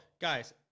guys